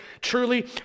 truly